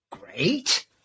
great